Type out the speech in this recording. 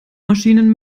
maschinen